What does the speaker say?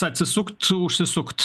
atsisukt užsisukt